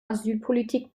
asylpolitik